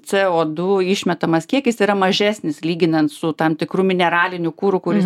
co du išmetamas kiekis yra mažesnis lyginant su tam tikru mineraliniu kuru kuris